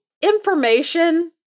information